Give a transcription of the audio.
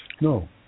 No